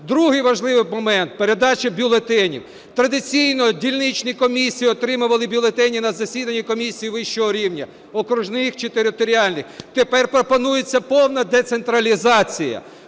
Другий важливий момент – передача бюлетенів. Традиційно дільничні комісії отримували бюлетені на засіданні комісії вищого рівня, окружних чи територіальних. Тепер пропонується повна децентралізація,